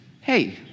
Hey